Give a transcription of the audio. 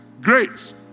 Grace